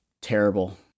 terrible